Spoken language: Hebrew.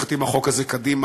הולכת עם החוק הזה קדימה.